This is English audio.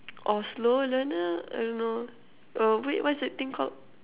or slow learner I don't know oh wait what's that thing called